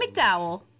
McDowell